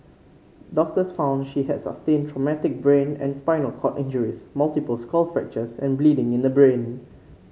doctors found she has sustained traumatic brain and spinal cord injuries multiple skull fractures and bleeding in the brain